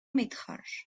métrage